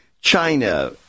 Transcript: China